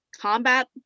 combat